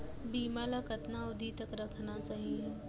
बीमा ल कतना अवधि तक रखना सही हे?